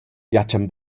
jachen